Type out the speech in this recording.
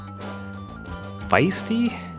feisty